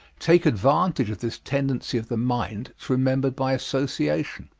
take advantage of this tendency of the mind to remember by association.